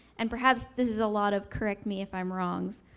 and perhaps this is a lot of correct-me-if-i'm-wrongs,